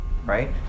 Right